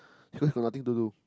he was nothing to do